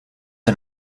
een